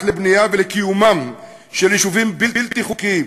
לבנייתם ולקיומם של יישובים בלתי חוקיים,